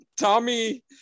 Tommy